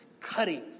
cutting